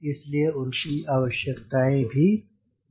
इसलिए उनकी आवश्यकताएं भी भिन्न हैं